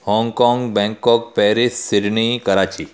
Hong Kong Bangkok Paris Sydney Karachi